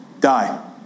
die